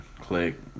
Click